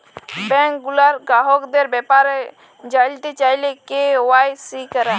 bank গুলার গ্রাহকদের ব্যাপারে জালতে চাইলে কে.ওয়াই.সি ক্যরা